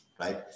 right